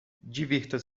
divirta